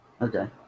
Okay